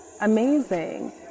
amazing